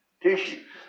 tissues